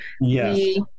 yes